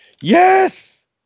Yes